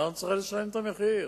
אנחנו צריכים לשלם את המחיר,